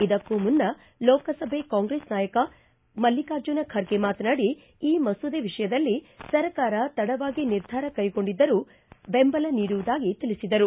ಇದಕ್ಕೂ ಮುನ್ನ ಲೋಕಸಭೆ ಕಾಂಗ್ರೆಸ್ ಸದಸ್ತ ಮಲ್ಲಿಕಾರ್ಜುನ ಖರ್ಗೆ ಮಾತನಾಡಿ ಈ ಮಸೂದೆ ವಿಷಯದಲ್ಲಿ ಸರ್ಕಾರ ತಡವಾಗಿ ನಿರ್ಧಾರ ಕೈಗೊಂಡಿದ್ದರೂ ಬೆಂಬಲ ನೀಡುವುದಾಗಿ ತಿಳಿಸಿದರು